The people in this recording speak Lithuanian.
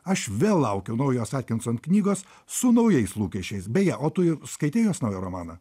aš vėl laukiau naujos atkinson knygos su naujais lūkesčiais beje o tu jau skaitei jos naują romaną